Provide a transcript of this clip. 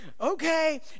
okay